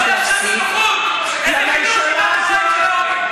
ולצערי אלה לא הימים האחרונים של הממשלה הזאת,